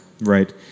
Right